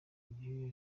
ibyuya